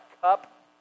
cup